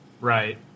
Right